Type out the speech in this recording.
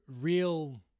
real